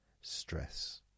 Stress